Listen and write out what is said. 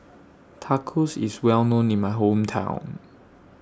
Tacos IS Well known in My Hometown